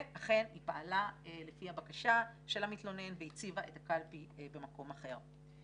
ואכן היא פעלה לפי הבקשה של המתלונן והציבה את הקלפי במקום אחר.